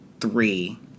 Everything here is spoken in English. three